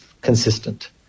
consistent